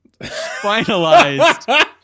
finalized